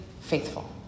faithful